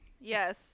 Yes